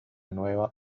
nueva